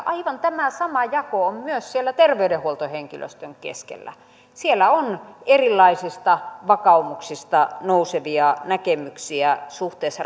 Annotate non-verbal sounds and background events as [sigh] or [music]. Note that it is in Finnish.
[unintelligible] aivan tämä sama jako on myös siellä terveydenhuoltohenkilöstön keskellä siellä on erilaisista vakaumuksista nousevia näkemyksiä suhteessa [unintelligible]